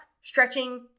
stretching